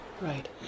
Right